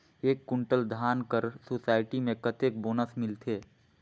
एक कुंटल धान कर सोसायटी मे कतेक बोनस मिलथे?